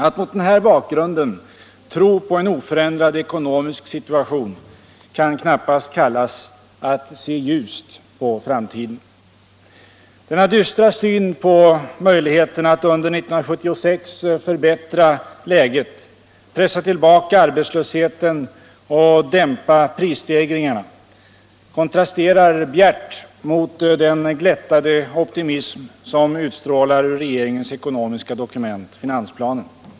Att mot den här bakgrunden tro på en oförändrad ekonomisk situation kan knappast kallas att se ljust på framtiden. Denna dystra syn på möjligheterna att under 1976 förbättra läget — pressa tillbaka arbetslösheten och dämpa prisstegringarna — kontrasterar bjärt mot den glättade optimism som utstrålar ur regeringens ekonomiska dokument, finansplanen.